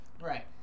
Right